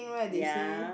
ya